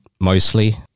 mostly